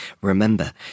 Remember